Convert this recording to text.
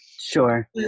Sure